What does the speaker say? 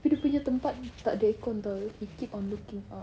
tapi dia punya tempat tak ada aircon [tau] he keep on looking up